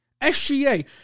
SGA